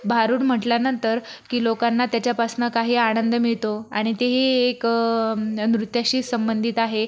भारुड म्हटल्यानंतर की लोकांना त्याच्यापासून काही आनंद मिळतो आणि तेही एक नृत्याशी संबंधित आहे